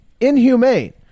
inhumane